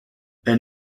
elle